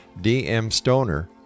DMstoner